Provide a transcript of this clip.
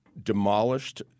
Demolished